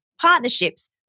partnerships